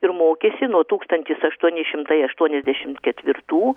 ir mokėsi nuo tūkstantis aštuoni šimtai aštuoniasdešimt ketvirtų